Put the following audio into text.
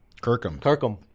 Kirkham